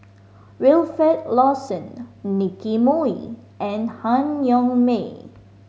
Wilfed Lawson Nicky Moey and Han Yong May